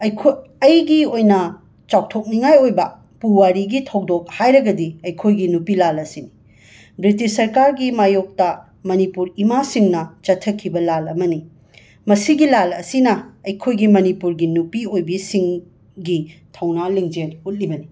ꯑꯩꯈꯣꯏ ꯑꯩꯒꯤ ꯑꯣꯏꯅ ꯆꯥꯎꯊꯣꯛꯅꯤꯉꯥꯏ ꯑꯣꯏꯕ ꯄꯨꯋꯥꯔꯤꯒꯤ ꯊꯧꯗꯣꯛ ꯍꯥꯏꯔꯒꯗꯤ ꯑꯩꯈꯣꯏꯒꯤ ꯅꯨꯄꯤ ꯂꯥꯜ ꯑꯁꯤꯅꯤ ꯕ꯭ꯔꯤꯇꯤꯁ ꯁꯔꯀꯥꯔꯒꯤ ꯃꯥꯌꯣꯛꯇ ꯃꯅꯤꯄꯨꯔ ꯏꯃꯥꯁꯤꯅ ꯆꯠꯊꯈꯤꯕ ꯂꯥꯜ ꯑꯃꯅꯤ ꯃꯁꯤꯒꯤ ꯂꯥꯜ ꯑꯁꯤꯅ ꯑꯩꯈꯣꯏꯒꯤ ꯃꯅꯤꯄꯨꯔꯒꯤ ꯅꯨꯄꯤ ꯑꯣꯏꯕꯤꯁꯤꯡꯒꯤ ꯊꯧꯅꯥ ꯂꯤꯡꯖꯦꯜ ꯎꯠꯂꯤꯕꯅꯤ